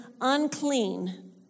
unclean